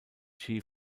chi